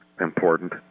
important